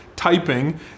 typing